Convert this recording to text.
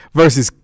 versus